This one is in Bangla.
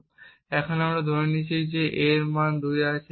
এবং আমরা এখন ধরে নিচ্ছি যে a এর মান 2 আছে